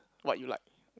what you like